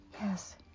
yes